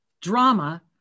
drama